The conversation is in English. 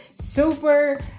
super